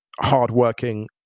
hard-working